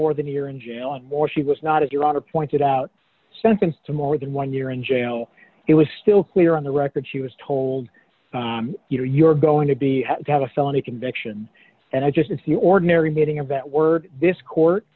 more than a year in jail and more she was not of your honor pointed out sentenced to more than one year in jail it was still clear on the record she was told you know you're going to be got a felony conviction and i just it's the ordinary meaning of that word this court